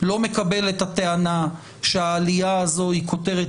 אני לא מקבל את הטענה שהעלייה הזאת היא כותרת